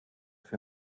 für